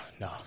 no